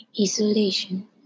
isolation